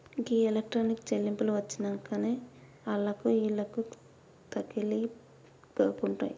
గీ electronic చెల్లింపులు వచ్చినంకనే ఆళ్లకు ఈళ్లకు తకిలీబ్ గాకుంటయింది